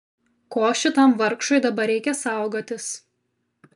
ko šitam vargšui dabar reikia saugotis